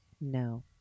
No